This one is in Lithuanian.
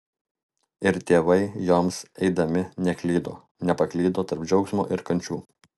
ir tėvai joms eidami neklydo nepaklydo tarp džiaugsmo ir kančių